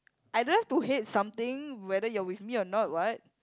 I don't have to hate something whether you are with me or not what